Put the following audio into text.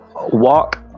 Walk